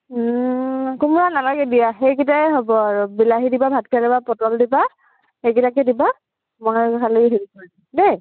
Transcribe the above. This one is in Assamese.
কোমোৰা নালাগে দিয়া সেইকেইটাই হ'ব আৰু বিলাহী দিবা ভাতকেৰেলা বা পটল দিবা সেইকিটাকে দিবা মই আৰু খালি হেৰি কৰি দিম দেই